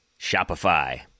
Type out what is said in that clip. Shopify